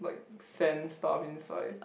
like sand stuff inside